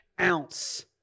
ounce